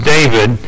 David